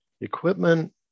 equipment